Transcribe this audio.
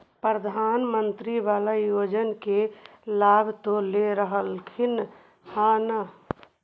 प्रधानमंत्री बाला योजना के लाभ तो ले रहल्खिन ह न?